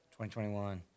2021